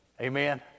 Amen